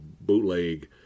bootleg